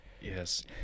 yes